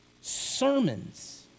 sermons